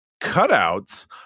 cutouts